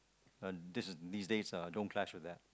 uh this is these dates don't clash with that